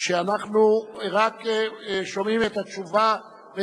אנחנו עוברים להצעת חברי הכנסת חנין